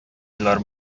уйлар